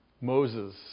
Moses